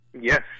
Yes